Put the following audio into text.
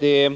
Det